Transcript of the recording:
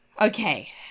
okay